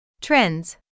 trends